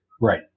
right